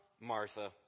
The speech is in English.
Martha